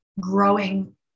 growing